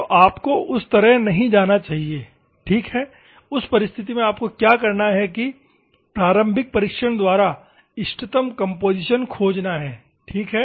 तो आपको उस तरह नहीं जाना चाहिए ठीक है उस परिस्थिति में आपको क्या करना है कि प्रारंभिक परीक्षण द्वारा इष्टतम कम्पोजीशन खोजना है ठीक है